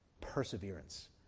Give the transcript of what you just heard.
perseverance